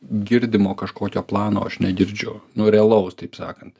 girdimo kažkokio plano aš negirdžiu nu realaus taip sakant